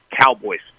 Cowboys